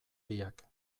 biak